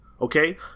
okay